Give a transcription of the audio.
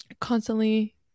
constantly